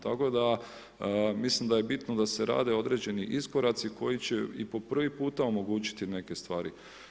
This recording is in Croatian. Tako da mislim, da je bitno da se rade određeni iskoraci, koji će i po prvi puta omogućiti neke stvari.